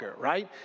right